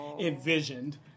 envisioned